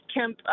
Kemp